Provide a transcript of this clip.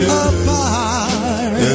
apart